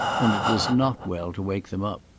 and it was not well to wake them up.